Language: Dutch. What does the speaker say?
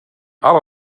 alle